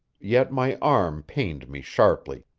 yet my arm pained me sharply,